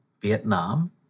Vietnam